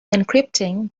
encrypting